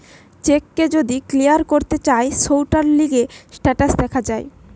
check কে যদি clear করতে চায় সৌটার লিগে স্টেটাস দেখা যায়